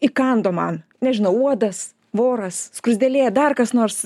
įkando man nežinau uodas voras skruzdėlė dar kas nors